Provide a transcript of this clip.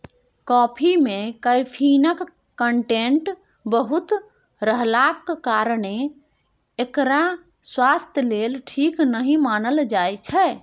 coffee मे कैफीनक content बहुत रहलाक कारणेँ एकरा स्वास्थ्य लेल नीक नहि मानल जाइ छै